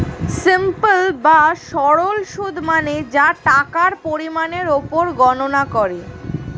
simple বা সরল সুদ মানে যা টাকার পরিমাণের উপর গণনা করে